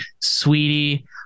Sweetie